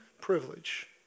privilege